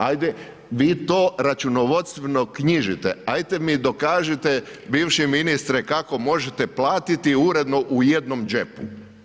Ajde vi to računovodstveno knjižite, ajte mi dokažite bivši ministre, kako možete platiti uredno u jednom džepu.